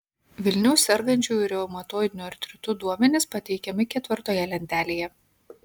vilniaus sergančiųjų reumatoidiniu artritu duomenys pateikiami ketvirtoje lentelėje